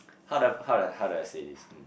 how do I how do I how do say this